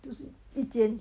这是一间